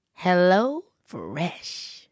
HelloFresh